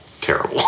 terrible